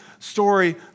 story